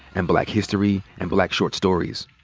and black history, and black short stories.